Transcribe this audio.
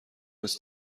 نیز